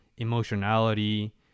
emotionality